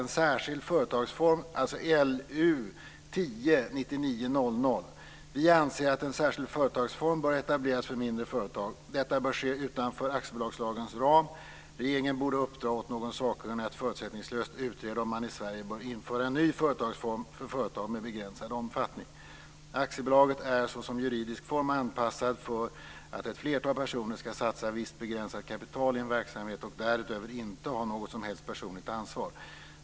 Vi sade där alla fyra att vi anser att en särskild företagsform bör etableras för mindre företag. Detta bör ske utanför aktiebolagslagens ram. Regeringen borde uppdra åt någon sakkunnig att förutsättningslöst utreda om man i Sverige bör införa en ny företagsform för företag med begränsad omfattning. Aktiebolaget är såsom juridisk form anpassad för att ett flertal personer ska satsa visst begränsat kapital i en verksamhet och därutöver inte ha något som helst personligt ansvar.